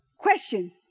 Question